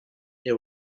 they